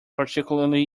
particularly